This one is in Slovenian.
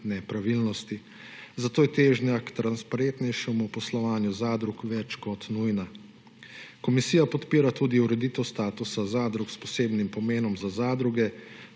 Zato je težnja k transparentnejšemu poslovanju zadrug več kot nujna. Komisija podpira tudi ureditev statusa zadrug s posebnim pomenom za zadruge,